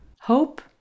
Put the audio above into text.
Hope